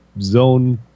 zone